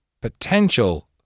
potential